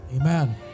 Amen